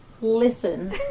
Listen